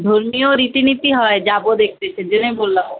ধর্মীয় রীতি নীতি হয় যাবো দেখতে সেজন্যই বললাম